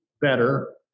better